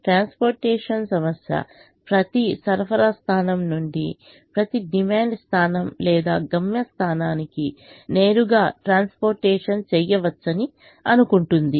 transportation సమస్య ప్రతి సరఫరా స్థానం నుండి ప్రతి డిమాండ్ స్థానం లేదా గమ్యస్థానానికి నేరుగా ట్రాన్స్పోర్టేషన్ చేయవచ్చని అని అనుకుంటుంది